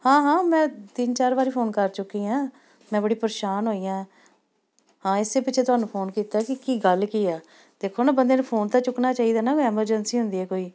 ਹਾਂ ਹਾਂ ਮੈਂ ਤਿੰਨ ਚਾਰ ਵਾਰੀ ਫੋਨ ਕਰ ਚੁੱਕੀ ਹਾਂ ਮੈਂ ਬੜੀ ਪਰੇਸ਼ਾਨ ਹੋਈ ਹਾਂ ਹਾਂ ਇਸੇ ਪਿੱਛੇ ਤੁਹਾਨੂੰ ਫੋਨ ਕੀਤਾ ਕਿ ਕੀ ਗੱਲ ਕੀ ਆ ਦੇਖੋ ਨਾ ਬੰਦੇ ਨੂੰ ਫੋਨ ਤਾਂ ਚੁੱਕਣਾ ਚਾਹੀਦਾ ਨਾ ਮੈਂ ਐਮਰਜੰਸੀ ਹੁੰਦੀ ਹੈ ਕੋਈ